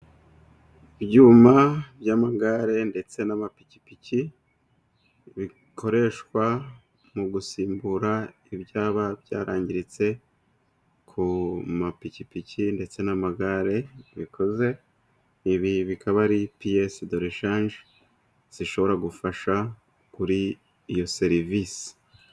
Ibyuma by'amagare ndetse n'amapikipiki, bikoreshwa mu gusimbura ibyaba byarangiritse ku mapikipiki, ndetse n'amagare bikoze, ibi bikaba ari piyesedereshanje zishobora gufasha kuri iyo serivisi.